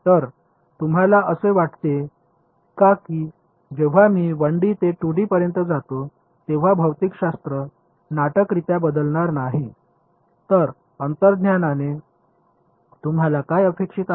तर तुम्हाला असे वाटते का की जेव्हा मी 1 डी ते 2 डी पर्यंत जातो तेव्हा भौतिकशास्त्र नाटकीयरित्या बदलणार नाही तर अंतर्ज्ञानाने तुम्हाला काय अपेक्षित आहे